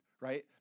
Right